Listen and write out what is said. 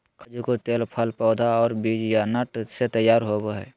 खाय जुकुर तेल फल पौधा और बीज या नट से तैयार होबय हइ